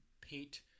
paint